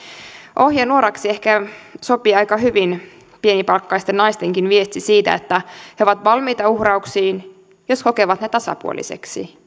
ohjenuoraksi ehkä sopii aika hyvin pienipalkkaisten naistenkin viesti siitä että he ovat valmiita uhrauksiin jos kokevat ne tasapuolisiksi